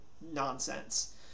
nonsense